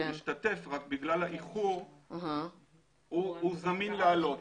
השגנו את תוספת כוח האדם הזאת ובהחלט אני חושב שאפשר לעשות